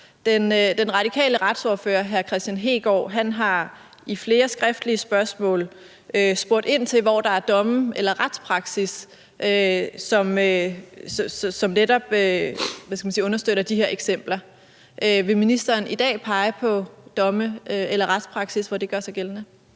Den radikale retsordfører, hr. Kristian Hegaard, har i flere skriftlige spørgsmål spurgt ind til, hvor der er domme eller retspraksis, som netop understøtter de her eksempler. Vil ministeren i dag pege på domme eller retspraksis, hvor det gør sig gældende?